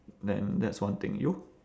then that's one thing you